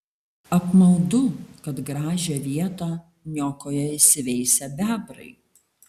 apmaudu kad gražią vietą niokoja įsiveisę bebrai